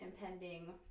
impending